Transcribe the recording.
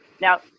Now